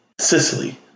Sicily